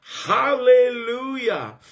hallelujah